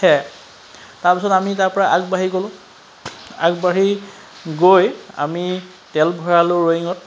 সেয়া তাৰপিছত আমি তাৰপৰা আগবাঢ়ি গলোঁ আগবাঢ়ি গৈ আমি তেল ভৰালোঁ ৰয়িঙত